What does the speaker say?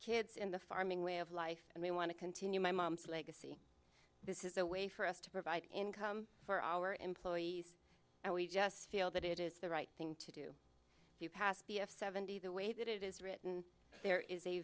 kids in the farming way of life and they want to continue my mom's legacy this is a way for us to provide income for our employees and we just feel that it is the right thing to do if you pass the f seventy the way that it is written there is a